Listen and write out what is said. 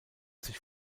sich